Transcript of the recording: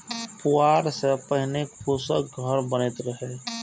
पुआर सं पहिने फूसक घर बनैत रहै